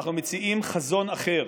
אנחנו מציעים חזון אחר,